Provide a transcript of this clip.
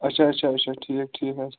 اچھا اچھا اچھا ٹھیٖک ٹھیٖک حظ